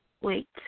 wait